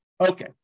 Okay